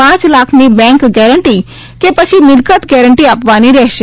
પાંચ લાખની bank guarantee કે પછી મિલ્કત ગેરંટી આપવાની રહેશે